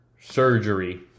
surgery